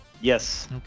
Yes